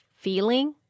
feeling